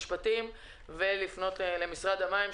ולפנות למשרד המים,